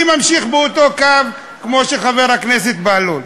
אני ממשיך בקו של חבר הכנסת בהלול.